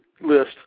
list